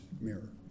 mirror